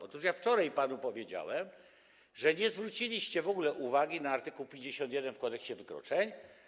Otóż ja wczoraj panu powiedziałem, że nie zwróciliście w ogóle uwagi na art. 51 w Kodeksie wykroczeń.